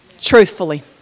truthfully